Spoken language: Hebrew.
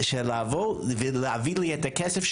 שלבוא ולהביא לי את הכסף,